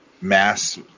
mass